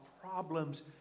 problems